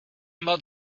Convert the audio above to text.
moc